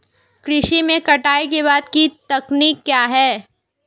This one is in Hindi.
कृषि में कटाई के बाद की तकनीक क्या है?